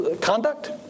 conduct